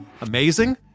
amazing